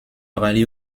rallie